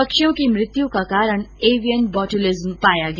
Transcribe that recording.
पक्षियों की मृत्यु का कारण एवियन बोट्लिज्म पाया गया